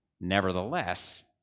Nevertheless